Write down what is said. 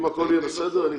אם הכול יהיה בסדר, אני אסיים.